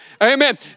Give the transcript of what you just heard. amen